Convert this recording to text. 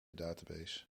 database